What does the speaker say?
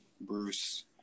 bruce